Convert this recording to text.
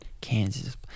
Kansas